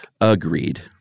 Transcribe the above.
Agreed